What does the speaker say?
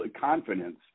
confidence